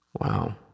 Wow